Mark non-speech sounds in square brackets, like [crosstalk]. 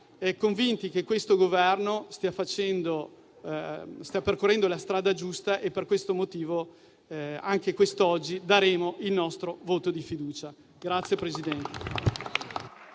convinti che questo Governo stia percorrendo la strada giusta. Per questo motivo, anche quest'oggi daremo il nostro voto di fiducia. [applause]